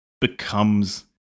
becomes